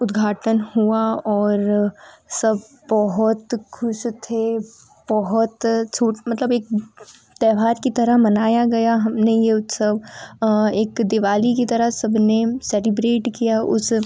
उद्घाटन हुआ और सब बहुत खुश थे बहुत छूट मतलब एक त्योहार की तरह मनाया गया हमने यह उत्सव एक दिवाली की तरह सबने सेलिब्रेट किया उस